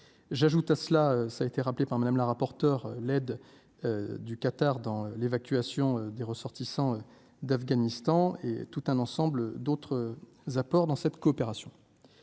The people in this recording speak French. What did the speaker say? j'ajoute à cela, ça a été rappelé par Madame la rapporteure l'aide du Qatar dans l'évacuation des ressortissants d'Afghanistan et tout un ensemble d'autres apports dans cette. Coopération,